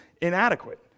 inadequate